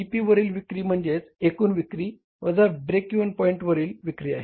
P वरील विक्री म्हणजेच एकूण विक्री वजा ब्रेक इव्हन पॉईंटवरील विक्री आहे